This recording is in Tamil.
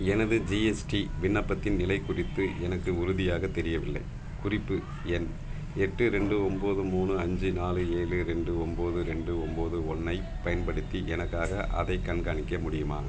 எனது ஜிஎஸ்டி விண்ணப்பத்தின் நிலை குறித்து எனக்கு உறுதியாக தெரியவில்லை குறிப்பு எண் எட்டு ரெண்டு ஒம்பது மூணு அஞ்சு நாலு ஏழு ரெண்டு ஒம்பது ரெண்டு ஒம்பது ஒன்றைப் பயன்படுத்தி எனக்காக அதைக் கண்காணிக்க முடியுமா